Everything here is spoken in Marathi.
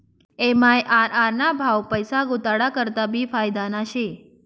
एम.आय.आर.आर ना भाव पैसा गुताडा करता भी फायदाना शे